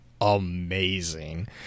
amazing